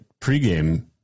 pregame